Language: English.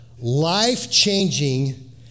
life-changing